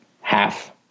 half